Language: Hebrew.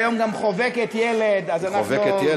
והיא היום גם חובקת ילד, אז בוודאי.